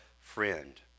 friend